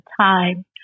time